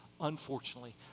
unfortunately